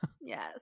yes